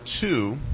two